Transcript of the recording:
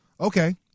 okay